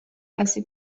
assez